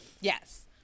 Yes